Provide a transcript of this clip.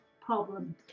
problem